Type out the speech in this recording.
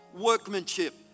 workmanship